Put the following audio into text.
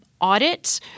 audit